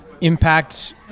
impact